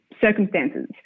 circumstances